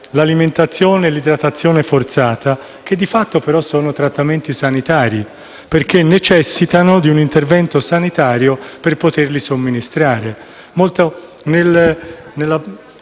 l'alimentazione e l'idratazione forzata che, di fatto, sono però trattamenti sanitari, in quanto necessitano di un intervento sanitario per poterli somministrare.